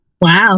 Wow